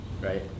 right